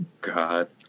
god